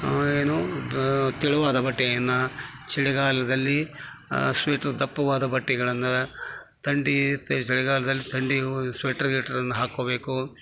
ಏನು ತೆಳುವಾದ ಬಟ್ಟೆಯನ್ನ ಚಳಿಗಾಲದಲ್ಲಿ ಸ್ವೆಟ್ರ್ ದಪ್ಪವಾದ ಬಟ್ಟೆಗಳನ್ನ ತಂಡಿ ಚಳಿಗಾಲದಲ್ಲಿ ತಂಡಿ ಸ್ವೆಟ್ರ್ ಗಿಟ್ರನ್ನ ಹಾಕೊಬೇಕು